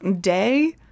day